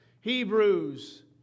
Hebrews